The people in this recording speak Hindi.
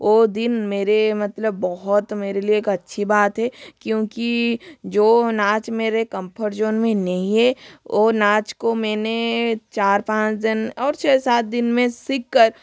वो दिन मेरे मतलब बहुत मेरे लिए एक अच्छी बात है क्योंकि जो नाच मेरे कम्फर्ट जोन में नही है वो नाच को मैंने चार पाँच दिन और छः सात दिन मैं सीख कर